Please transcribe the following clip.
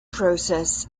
process